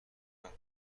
وقت